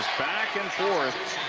back and forth.